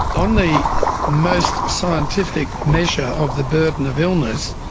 on the most scientific measure of the burden of illness,